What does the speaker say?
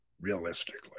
realistically